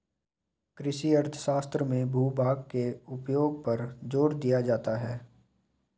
कृषि अर्थशास्त्र में भूभाग के उपयोग पर जोर दिया जाता है